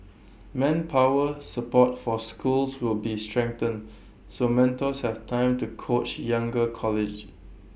manpower support for schools will be strengthened so mentors have time to coach younger colleagues